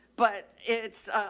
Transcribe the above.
but it's, ah,